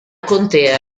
contea